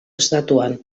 estatuan